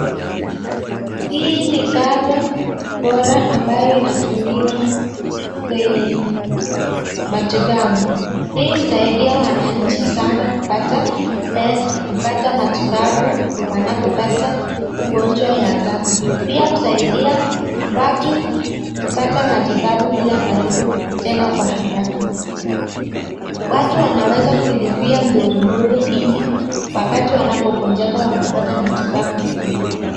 Hii ni cover bora ambayo inatumiwa kwenye matibabu. Hii husaidia wananchi sana kupata matibabu wanapopata ugonjwa ya ghafla. Pia husaidia watu kupata matibabu bila malipo tena kwa haraka. Watu wanaweza kuilipia mdogo mdogo ili wakati wanapougonjeka wanapata matibabu bure.